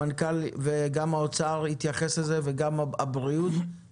מנכ"ל משרד התיירות וגם משרד האוצר ומשרד הבריאות יתייחסו לזה.